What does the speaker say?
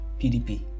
PDP